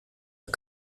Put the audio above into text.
auf